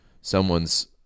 someone's